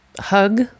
hug